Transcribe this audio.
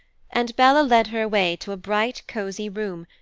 and bella led her away to a bright, cozy room,